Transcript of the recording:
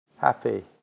happy